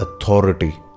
authority